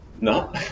no